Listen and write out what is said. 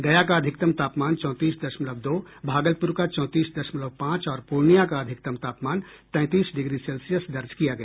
गया का अधिकतम तापमान चौंतीस दशमलव दो भागलपूर का चौंतीस दमशलव पांच और पूर्णियां का अधिकतम तापमान तैंतीस डिग्री सेल्सियस दर्ज किया गया